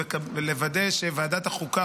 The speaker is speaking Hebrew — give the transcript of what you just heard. ולוודא שוועדת החוקה,